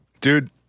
Dude